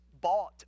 bought